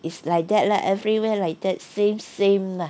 it's like that leh everywhere like that same same lah